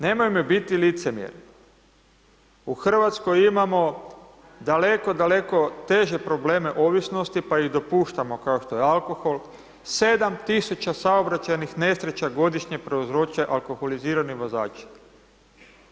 Nemojmo biti licemjeri, u Hrvatskoj imamo daleko, daleko teže probleme ovisnosti pa i dopuštamo kao što je alkohol, 7000 saobraćajnih nesreća godišnje prouzročuju alkoholizirani vozači.